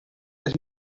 that